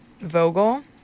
Vogel